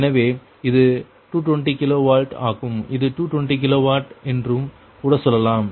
எனவே இது 220 kV ஆகும் இது 220 kV என்றும் கூட சொல்லலாம்